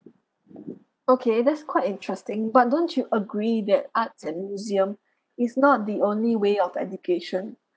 okay that's quite interesting but don't you agree that arts and museum is not the only way of the education